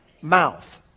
mouth